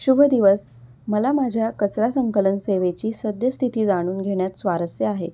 शुभ दिवस मला माझ्या कचरा संकलन सेवेची सद्यस्थिती जाणून घेण्यात स्वारस्य आहे